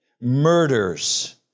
murders